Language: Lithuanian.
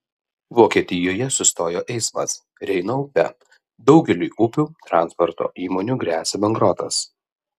vokietijoje sustojo eismas reino upe daugeliui upių transporto įmonių gresia bankrotas